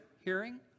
hearing